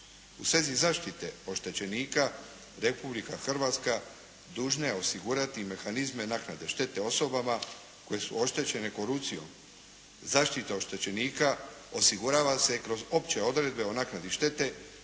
U svezi zaštite oštećenika Republika Hrvatska dužna je osigurati mehanizme naknade štete osobama koje su oštećene korupcijom. Zaštita oštećenika osigurava se kroz opće odredbe o naknadi štete